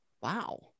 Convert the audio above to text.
Wow